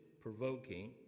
provoking